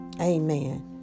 Amen